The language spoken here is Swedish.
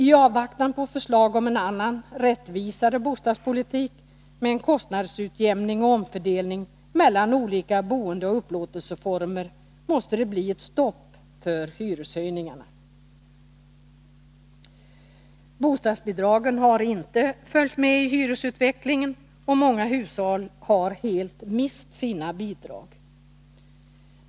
I avvaktan på förslag om en annan, rättvisare bostadspolitik, med en kostnadsutjämning och omfördelning mellan olika boendeoch upplåtelseformer, måste det bli ett stopp för hyreshöjningarna. Bostadsbidragen har inte följt med i hyresutvecklingen, och många hushåll har helt mist sina bidrag.